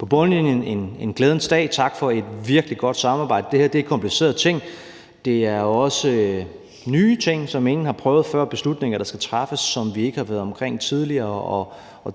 er det en glædens dag. Tak for et virkelig godt samarbejde. Det her er komplicerede ting. Det er også nye ting, som ingen har prøvet før, og beslutninger, der skal træffes, som vi ikke har været omkring tidligere.